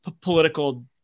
political